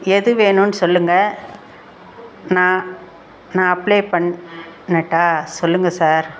எது வேணுன்னு சொல்லுங்கள் நான் நான் அப்ளை பண் அணட்டா சொல்லுங்கள் சார்